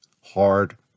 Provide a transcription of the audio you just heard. hard